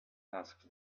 asked